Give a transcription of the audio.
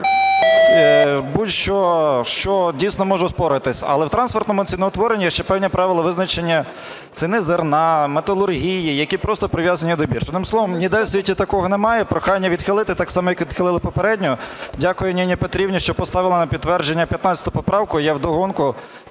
будь-що, що дійсно може оспоритися, але у трансфертному ціноутворенні є ще певні правила визначення ціни зерна, металургії, які просто прив'язані до бірж. Одним словом, ніде у світі такого немає і прохання відхилити, так само, як відхилили попередню. Дякую Ніні Петрівні, що поставила на підтвердження 15 поправку. Я в догонку